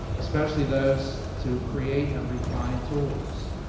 especially those to create and refine tools.